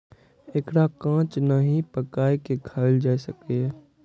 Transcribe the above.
एकरा कांच नहि, पकाइये के खायल जा सकैए